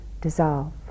dissolve